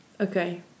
Okay